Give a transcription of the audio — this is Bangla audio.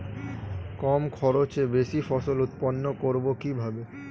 কম খরচে বেশি ফসল উৎপন্ন করব কিভাবে?